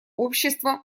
общества